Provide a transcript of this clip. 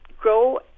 grow